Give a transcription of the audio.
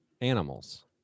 animals